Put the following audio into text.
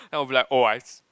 then I'll be like oh I I took